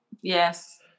Yes